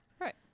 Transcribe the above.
Right